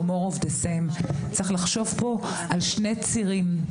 more of the same צריך לחשוב פה על שני צירים.